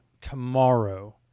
tomorrow